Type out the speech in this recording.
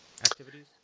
activities